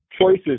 choices